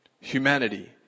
humanity